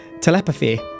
telepathy